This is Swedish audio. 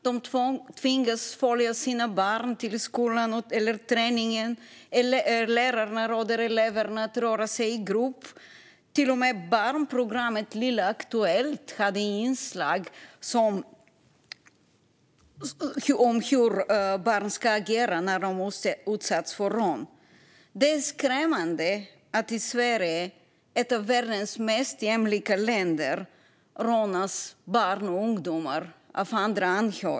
De tvingas följa sina barn till skolan eller träningen. Lärarna råder eleverna att röra sig i grupp. Till och med barnprogrammet Lilla Aktuellt har haft inslag om hur barn ska agera när de utsätts för rån. Det är skrämmande att barn och ungdomar i Sverige, ett av världens mest jämlika länder, rånas av andra jämnåriga.